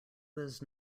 was